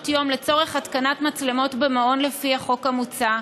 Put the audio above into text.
יום לצורך התקנת מצלמות במעון לפי החוק המוצע,